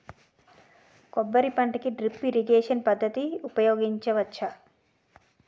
కొబ్బరి పంట కి డ్రిప్ ఇరిగేషన్ పద్ధతి ఉపయగించవచ్చా?